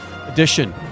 edition